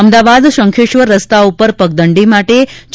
અમદાવાદ શંખેશ્વર રસ્તા પર પગદંડી માટે હ